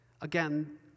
Again